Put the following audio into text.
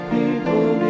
People